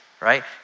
right